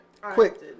Quick